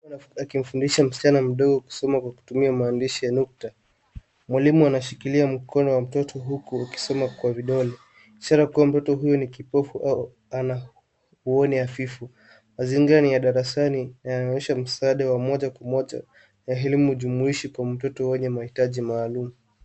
Akimfundisha msichana mdogo kusoma kwa kutumia maandishi ya nukta mwalimu unashikilia mkono wa mtoto huku ukisoma kwa vidole ishara kuwa mtoto huyu ni kipofu au ana uoni hafifu mazingira ni ya darasani na yanaonyesha msaada wa moja kwa moja ya elimu jumuishi kwa mtoto mwenye maitaji maalum